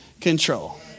control